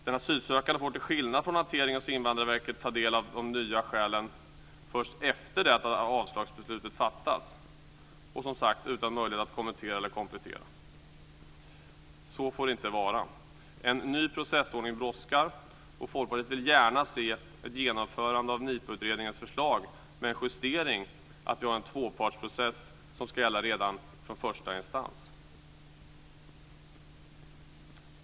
Den asylsökande får, till skillnad från hanteringen hos Invandrarverket, ta del av de nya skälen först efter det att avslagsbeslutet fattats och utan möjlighet att kommentera eller komplettera. Så får det inte vara. En ny processordning brådskar. Folkpartiet vill gärna se ett genomförande av NIPU-utredningens förslag med den justeringen att tvåpartsprocessen ska gälla redan från första instans.